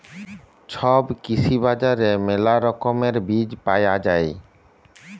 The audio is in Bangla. ছব কৃষি বাজারে মেলা রকমের বীজ পায়া যাই